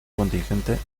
contingente